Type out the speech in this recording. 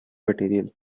material